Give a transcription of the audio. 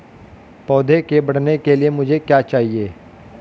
पौधे के बढ़ने के लिए मुझे क्या चाहिए?